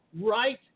right